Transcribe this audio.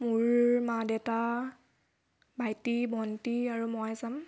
মোৰ মা দেউতা ভাইটি ভণ্টি আৰু মই যাম